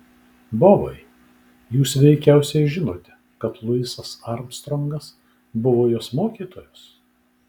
bobai jūs veikiausiai žinote kad luisas armstrongas buvo jos mokytojas